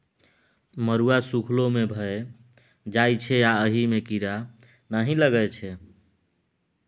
मरुआ सुखलो मे भए जाइ छै आ अहि मे कीरा नहि लगै छै